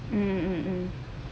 mmhmm mm